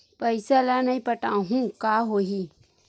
पईसा ल नई पटाहूँ का होही?